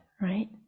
right